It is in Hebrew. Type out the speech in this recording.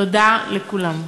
תודה לכולם.